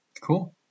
Cool